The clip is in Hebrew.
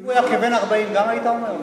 הוא היה כבן 40 גם היית אומר?